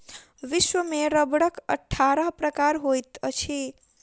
विश्व में रबड़क अट्ठारह प्रकार होइत अछि